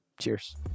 Cheers